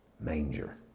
manger